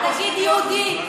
תגיד "יהודית",